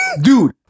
Dude